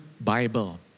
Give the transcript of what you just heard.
Bible